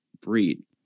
breed